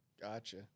Gotcha